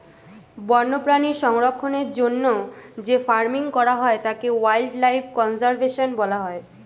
বন্যপ্রাণী সংরক্ষণের জন্য যে ফার্মিং করা হয় তাকে ওয়াইল্ড লাইফ কনজার্ভেশন বলা হয়